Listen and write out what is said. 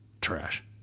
trash